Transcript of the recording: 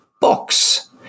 box